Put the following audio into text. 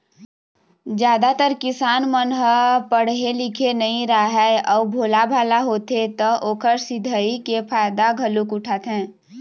जादातर किसान मन ह पड़हे लिखे नइ राहय अउ भोलाभाला होथे त ओखर सिधई के फायदा घलोक उठाथें